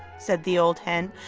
said the old hen.